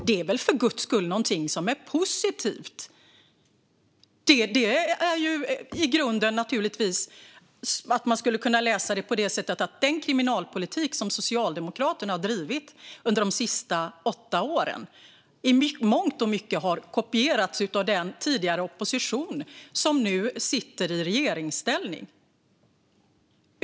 Det är väl för guds skull någonting som är positivt! Man skulle kunna läsa detta som att den kriminalpolitik som Socialdemokraterna har drivit under de senaste åtta åren i mångt och mycket har kopierats av den tidigare opposition som nu sitter i regeringsställning.